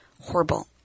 horrible